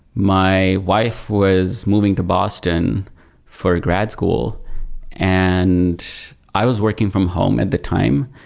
my wife was moving to boston for grad school and i was working from home at the time,